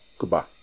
Goodbye